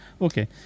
okay